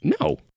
no